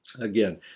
Again